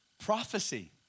prophecy